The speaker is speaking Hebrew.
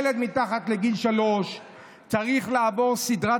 ילד מתחת לגיל שלוש צריך לעבור סדרת